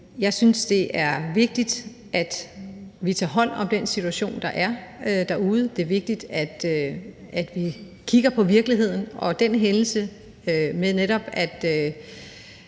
Jeg synes, det er vigtigt, at vi tager hånd om den situation, der er derude; det er vigtigt, at vi kigger på virkeligheden. Og den hændelse, hvor man